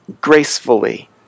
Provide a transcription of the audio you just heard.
gracefully